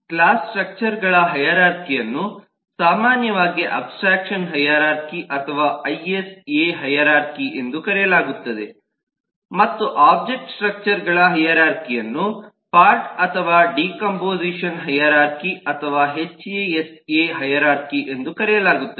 class ಸ್ಟ್ರಕ್ಚರ್ಗಳ ಹೈರಾರ್ಖಿಅನ್ನು ಸಾಮಾನ್ಯವಾಗಿ ಅಬ್ಸ್ಟ್ರಾಕ್ಷನ್ ಹೈರಾರ್ಖಿ ಅಥವಾ ಐಎಸ್ ಎ ಹೈರಾರ್ಖಿ ಎಂದು ಕರೆಯಲಾಗುತ್ತದೆ ಮತ್ತು ಒಬ್ಜೆಕ್ಟ್ ಸ್ಟ್ರಕ್ಚರ್ಗಳ ಹೈರಾರ್ಖಿಅನ್ನು ಪಾರ್ಟ್ ಅಥವಾ ಡಿಕಂಪೋಸಿಷನ್ ಹೈರಾರ್ಖಿ ಅಥವಾ HAS Aಎಚ್ಎಎಸ್ ಎ ಹೈರಾರ್ಖಿ ಎಂದು ಕರೆಯಲಾಗುತ್ತದೆ